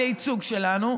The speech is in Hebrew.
על הייצוג שלנו,